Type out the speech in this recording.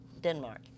Denmark